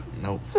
Nope